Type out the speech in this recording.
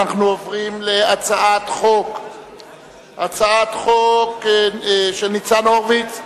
אנחנו עוברים להצעת חוק של חבר הכנסת ניצן הורוביץ,